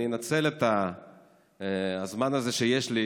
אני אנצל את הזמן שיש לי